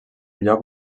lloc